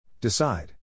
Decide